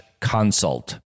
consult